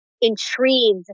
intrigued